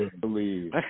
believe